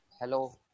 hello